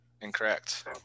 incorrect